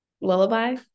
Lullaby